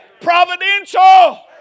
Providential